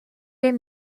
des